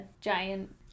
giant